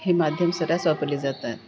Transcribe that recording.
हे माध्यम सर्रास वापरली जातात